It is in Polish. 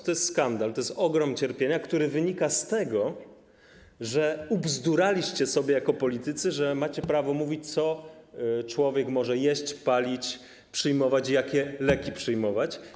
To jest skandal, to jest ogrom cierpienia, który wynika z tego, że ubzduraliście sobie jako politycy, że macie prawo mówić, co człowiek może jeść, palić, jakie leki może przyjmować.